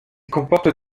comporte